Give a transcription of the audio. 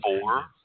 four